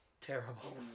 Terrible